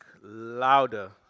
louder